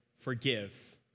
forgive